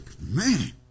man